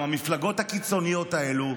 עם המפלגות הקיצוניות האלה,